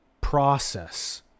process